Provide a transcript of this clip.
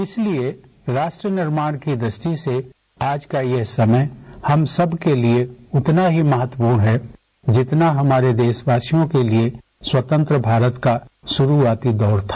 इसलिए राष्ट्र निर्माण की दृष्टि से आज का यह समय हम सबके लिये उतना ही महत्वपूर्ण है जितना हमारे देशवासियों के लिये स्वतंत्र भारत का शुरूआती दौर था